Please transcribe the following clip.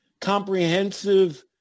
comprehensive